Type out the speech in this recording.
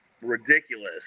ridiculous